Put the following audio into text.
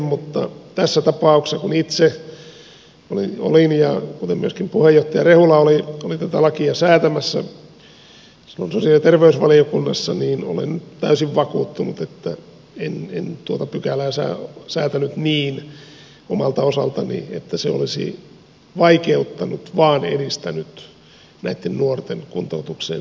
mutta tässä ta pauksessa kun itse olin ja myöskin puheenjohtaja rehula oli tätä lakia säätämässä silloin sosiaali ja terveysvaliokunnassa niin olen täysin vakuuttunut että en tuota pykälää säätänyt omalta osaltani niin että se olisi vaikeuttanut vaan edistänyt näitten nuorten kuntoutukseen pääsyä